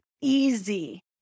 easy